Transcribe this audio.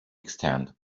extend